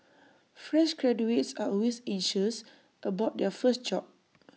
fresh graduates are always anxious about their first job